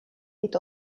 est